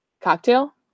cocktail